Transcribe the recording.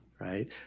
right